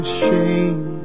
shame